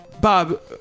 Bob